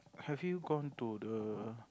have you gone to the